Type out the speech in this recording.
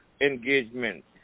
engagement